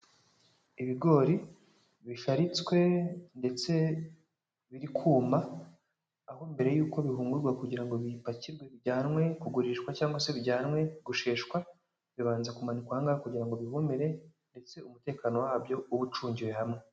Ibigori bisharitswe ndetse biri kuma, aho mbere y'uko bihungurwa kugira ngo bipakirwe bijyanwe kugurishwa cyangwa se bijyanwe gusheshwa bibanza kumanikwa ahangaha kugira ngo bihumire ndetse umutekano wabyo ube ucungiwe hamwe.